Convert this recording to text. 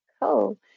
Cool